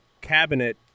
cabinet